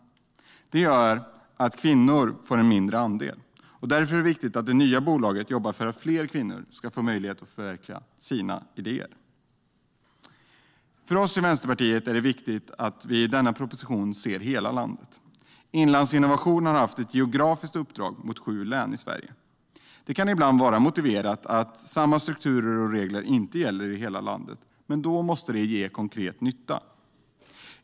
Det gör att kvinnor får en mindre andel. Därför är det viktigt att det nya bolaget jobbar för att fler kvinnor ska få möjlighet att förverkliga sina idéer. För oss i Vänsterpartiet är det viktigt att man i denna proposition ser hela landet. Inlandsinnovation har haft ett geografiskt uppdrag som handlar om sju län i Sverige. Det kan ibland vara motiverat att samma strukturer och regler inte gäller i hela landet, men då måste det ge konkret nytta.